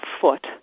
foot